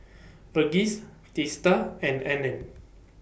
Verghese Teesta and Anand